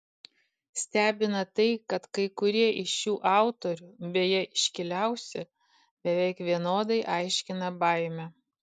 stebina tai kad kai kurie iš šių autorių beje iškiliausi beveik vienodai aiškina baimę